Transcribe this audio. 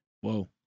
Whoa